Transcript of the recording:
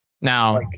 Now